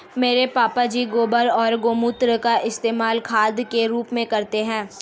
मेरे पापा जी गोबर और गोमूत्र का इस्तेमाल खाद के रूप में करते हैं